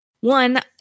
one